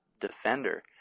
defender